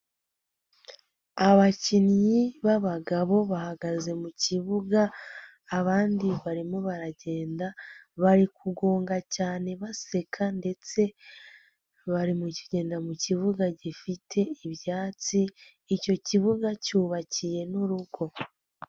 Abakinnyi b'abagabo bahagaze mu kibuga, abandi barimo baragenda bari kugonga cyane baseka ndetse bari mukigenda mu kibuga gifite ibyatsi, icyo kibuga cyubakiye n'urugo.